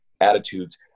attitudes